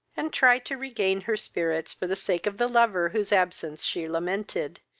and try to regain her spirits for the sake of the lover whose absence she lamented,